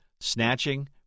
snatching